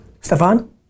Stefan